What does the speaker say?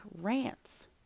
rants